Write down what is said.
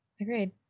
Agreed